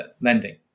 lending